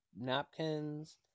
napkins